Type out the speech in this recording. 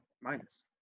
Minus